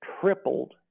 tripled